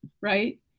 right